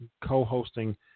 co-hosting